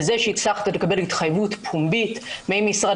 וזה שהצלחת לקבל התחייבות פומבית ממשרד